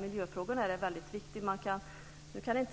miljöfrågorna är det väldigt viktigt.